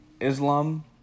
Islam